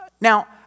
Now